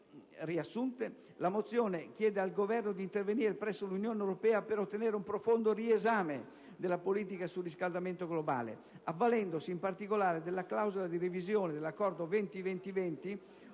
la mozione chiede al Governo di intervenire presso l'Unione europea per ottenere un profondo riesame della politica sul riscaldamento globale, avvalendosi in particolare della clausola di revisione dell'Accordo 20-20-20